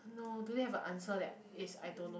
no do they have a answer that is I don't know